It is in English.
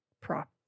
prop